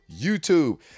YouTube